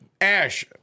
Ash